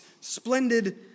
Splendid